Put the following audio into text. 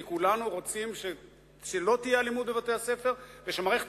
כי כולנו רוצים שלא תהיה אלימות בבתי-הספר ושמערכת